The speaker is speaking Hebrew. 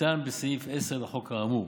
ניתן בסעיף 10 לחוק האמור,